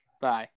Bye